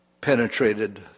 penetrated